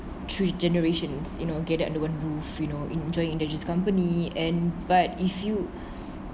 three generations you know gathered under one roof enjoying each other's company and but if you